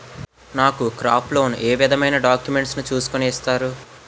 నాకు crop loan ఏ విధమైన డాక్యుమెంట్స్ ను చూస్కుని ఇస్తారు?